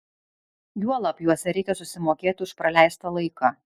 juolab juose reikia susimokėti už praleistą laiką